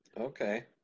Okay